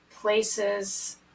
places